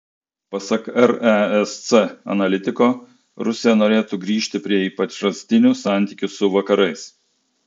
pasak resc analitiko rusija norėtų grįžti prie įprastinių santykių su vakarais